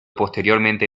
posteriormente